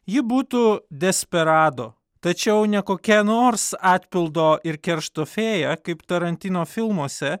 ji būtų desperado tačiau ne kokia nors atpildo ir keršto fėja kaip tarantino filmuose